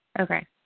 Okay